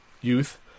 youth